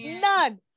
None